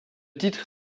titre